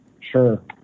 Sure